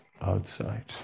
outside